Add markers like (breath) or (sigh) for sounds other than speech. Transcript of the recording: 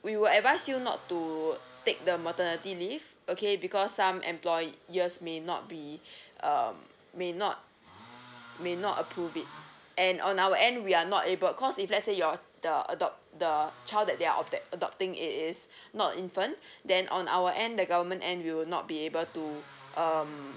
we will advise you not to take the maternity leave okay because some employers may not be (breath) um may not may not approve it and on our end we are not able cause if let's say you're the adopt the child that they're opt~ adopting it is not infant then on our end the government end we will not be able to um